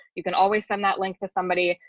you can always send that link to somebody,